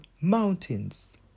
mountains